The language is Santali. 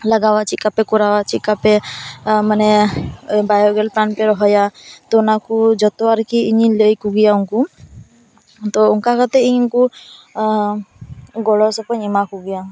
ᱞᱟᱜᱟᱣᱟ ᱪᱤᱫᱠᱟᱯᱮ ᱠᱚᱨᱟᱣᱟ ᱪᱤᱫᱠᱟᱯᱮ ᱟ ᱢᱮᱱᱮ ᱵᱟᱭᱳᱜᱮᱞ ᱯᱞᱟᱱᱴ ᱯᱮ ᱨᱚᱦᱚᱭᱟ ᱛᱳ ᱚᱱᱟ ᱡᱚᱛᱚ ᱟᱨᱠᱤ ᱤᱧᱤᱧ ᱞᱟᱹᱭ ᱟᱠᱚ ᱜᱮᱭᱟ ᱩᱱᱠᱩ ᱛᱳ ᱚᱱᱠᱟ ᱠᱟᱛᱮ ᱤᱧ ᱩᱱᱠᱩ ᱟ ᱜᱚᱲᱚ ᱥᱚᱯᱚᱦᱚᱫ ᱤᱧ ᱮᱢᱟ ᱠᱚᱜᱮᱭᱟ